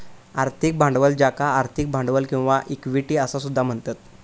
आर्थिक भांडवल ज्याका आर्थिक भांडवल किंवा इक्विटी असा सुद्धा म्हणतत